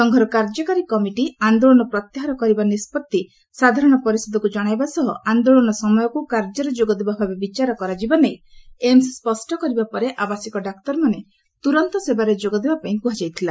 ସଂଘର କାର୍ଯ୍ୟକାରୀ କମିଟି ଆନ୍ଦୋଳନ ପ୍ରତ୍ୟାହାର କରିବା ନିଷ୍କଭି ସାଧାରଣ ପରିଷଦକୁ ଜଣାଇବା ସହ ଆନ୍ଦୋଳନ ସମୟକୁ କାର୍ଯ୍ୟରେ ଯୋଗଦେବା ଭାବେ ବିଚାର କରାଯିବା ନେଇ ଏମ୍ସ୍ ସ୍ୱଷ୍ଟ କରିବା ପରେ ଆବାସିକ ଡାକ୍ତରମାନେ ତୁରନ୍ତ ସେବାରେ ଯୋଗଦେବାପାଇଁ କୁହାଯାଇଥିଲା